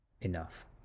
enough